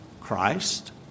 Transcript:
Christ